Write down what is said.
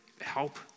help